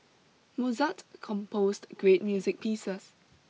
Mozart composed great music pieces